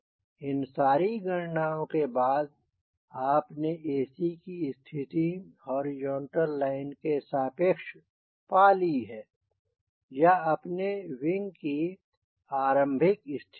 इन सारी गणनाओं के बाद आपने AC की स्थिति हॉरिजॉन्टल लाइन के सापेक्ष पा ली है या अपने विंग की आरंभिक स्थिति से